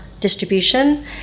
distribution